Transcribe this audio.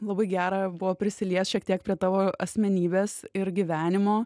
labai gera buvo prisiliest šiek tiek prie tavo asmenybės ir gyvenimo